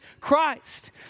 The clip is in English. Christ